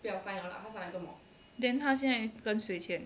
then 他现在跟谁签